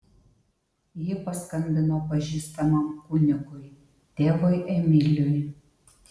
ji paskambino pažįstamam kunigui tėvui emiliui